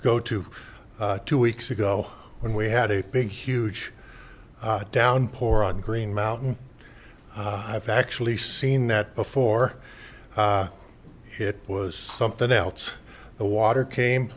go to two weeks ago when we had a big huge downpour on green mountain i've actually seen that before it was something else the water came